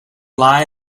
lie